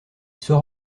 sort